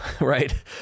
right